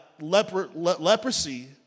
leprosy